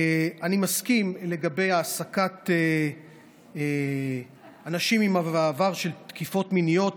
אני מסכים לגבי העסקת אנשים עם עבר של תקיפות מיניות,